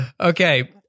Okay